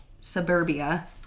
suburbia